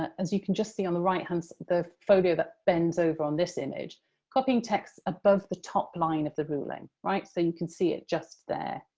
as you can just see on the right-hand the folio that bends over on this image copying text above the top line of the ruling, right? so you can see it just there,